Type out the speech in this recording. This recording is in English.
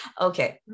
okay